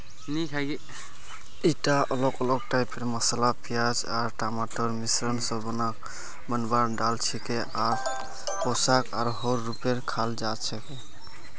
ईटा अलग अलग टाइपेर मसाला प्याज आर टमाटरेर मिश्रण स बनवार दाल छिके आर पोषक आहारेर रूपत खाल जा छेक